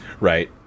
Right